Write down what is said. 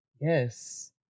Yes